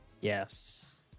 Yes